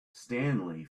stanley